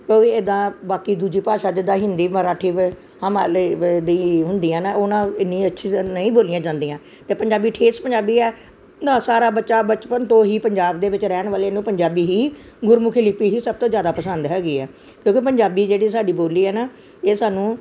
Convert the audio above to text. ਕੋਈ ਇੱਦਾਂ ਬਾਕੀ ਦੂਜੀ ਭਾਸ਼ਾ ਜਿੱਦਾਂ ਹਿੰਦੀ ਮਰਾਠੀ ਬ ਹਿਮਾਲਿਆਂ ਦੀ ਹੁੰਦੀਆਂ ਨੇ ਉਹਨਾਂ ਇੰਨੀ ਅੱਛੀ ਤਰ੍ਹਾਂ ਨਹੀਂ ਬੋਲੀਆਂ ਜਾਂਦੀਆਂ ਅਤੇ ਪੰਜਾਬੀ ਠੇਠ ਪੰਜਾਬੀ ਆ ਇੰਨਾਂ ਸਾਰਾ ਬੱਚਾ ਬਚਪਨ ਤੋਂ ਹੀ ਪੰਜਾਬ ਦੇ ਵਿੱਚ ਰਹਿਣ ਵਾਲੇ ਨੂੰ ਪੰਜਾਬੀ ਹੀ ਗੁਰਮੁਖੀ ਲਿਪੀ ਹੀ ਸਭ ਤੋਂ ਜ਼ਿਆਦਾ ਪਸੰਦ ਹੈਗੀ ਆ ਕਿਉਂਕਿ ਪੰਜਾਬੀ ਜਿਹੜੀ ਸਾਡੀ ਬੋਲੀ ਹੈ ਨਾ ਇਹ ਸਾਨੂੰ